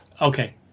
Okay